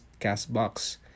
CastBox